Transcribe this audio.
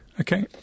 Okay